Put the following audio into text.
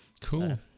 cool